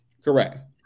correct